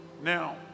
Now